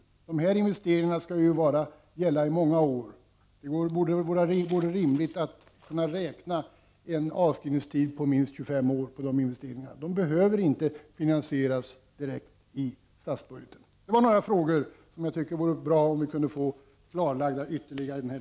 De här investeringarna gäller ju en period som spänner över många år. Det borde vara rimligt att kunna räkna med en avskrivningstid om minst 25 år för de investeringarna. De behöver inte finansieras direkt genom statsbudgeten. Det vore bra om vi kunde få ytterligare klarlägganden här.